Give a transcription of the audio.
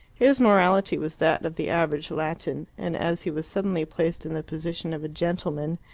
his morality was that of the average latin, and as he was suddenly placed in the position of a gentleman,